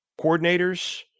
Coordinators